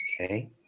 okay